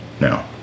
now